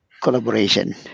collaboration